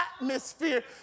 atmosphere